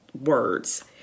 words